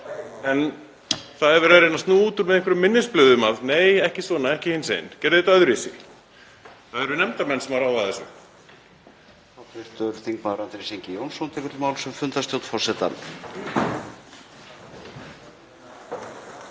En það er verið að reyna að snúa út úr með einhverjum minnisblöðum: Nei, ekki svona, ekki hinsegin, gerið þetta öðruvísi. Það eru nefndarmenn sem ráða þessu.